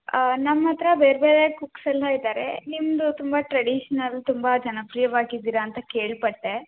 ನಮ್ಮ ಹತ್ತಿರ ಬೇರೆ ಬೇರೆ ಕುಕ್ಸ್ ಎಲ್ಲ ಇದ್ದಾರೆ ನಿಮ್ಮದು ತುಂಬ ಟ್ರೇಡಿಷ್ನಲ್ ತುಂಬ ಜನಪ್ರಿಯವಾಗಿದ್ದೀರ ಅಂತ ಕೇಳಪಟ್ಟೆ